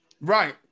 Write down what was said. right